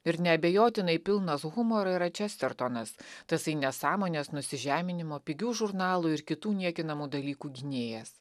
ir neabejotinai pilnas humoro yra čestertonas tasai nesąmonės nusižeminimo pigių žurnalų ir kitų niekinamų dalykų gynėjas